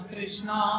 Krishna